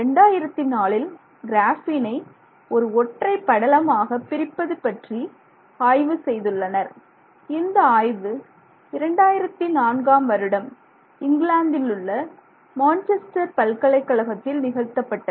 2004 ல் கிராஃபீனை ஒரு ஒற்றை படலமாக பிரிப்பது பற்றி ஆய்வு செய்துள்ளனர் இந்த ஆய்வு 2004ஆம் வருடம் இங்கிலாந்திலுள்ள மான்செஸ்டர் பல்கலைக்கழகத்தில் நிகழ்த்தப்பட்டது